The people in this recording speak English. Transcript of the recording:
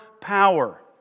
power